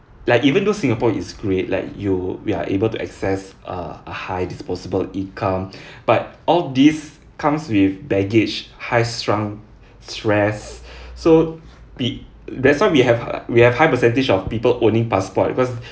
like even though singapore is great like you we are able to access uh a high disposable income but all this comes with baggage high strung stress so be that's why we have uh we have high percentage of people owning passport because